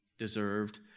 deserved